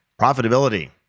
profitability